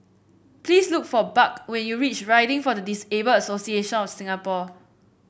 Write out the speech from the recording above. please look for Buck when you reach Riding for the Disabled Association of Singapore